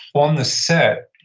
on the set,